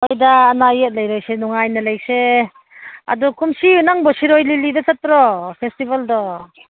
ꯍꯣꯏꯗ ꯑꯅꯥ ꯑꯌꯦꯛ ꯂꯩꯔꯣꯏꯁꯦ ꯅꯨꯡꯉꯥꯏꯅ ꯂꯩꯁꯦ ꯑꯗꯨ ꯀꯨꯝꯁꯤ ꯅꯪꯕꯨ ꯁꯤꯔꯣꯏ ꯂꯤꯂꯤꯗ ꯆꯠꯇ꯭ꯔꯣ ꯐꯦꯁꯇꯤꯚꯦꯜꯗꯣ